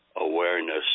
awareness